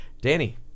Danny